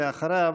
ואחריו,